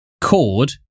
cord